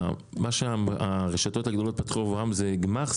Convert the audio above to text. מה שהרשתות הגדולות פתחו עבור בעלי המכולות הוא בבחינת גמ"ח?